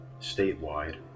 statewide